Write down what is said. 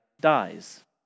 dies